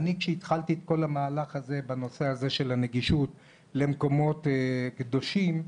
כשאני התחלתי את המהלך בנושא הנגישות למקומות קדושים,